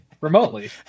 remotely